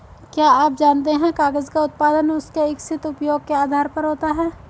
क्या आप जानते है कागज़ का उत्पादन उसके इच्छित उपयोग के आधार पर होता है?